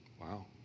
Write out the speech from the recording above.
Wow